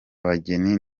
bageni